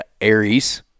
Aries